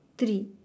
three